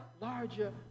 larger